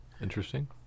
Interesting